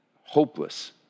hopeless